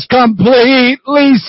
completely